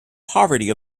poverty